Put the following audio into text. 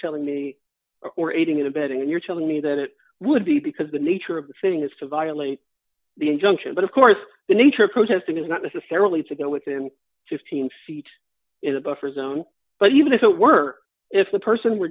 telling me we're aiding and abetting and you're telling me that it would be because the nature of the thing is to violate the injunction but of course the nature of protesting is not necessarily to go within fifteen feet is a buffer zone but even if it were if the person were